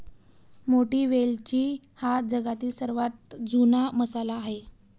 मोठी वेलची हा जगातील सर्वात जुना मसाला आहे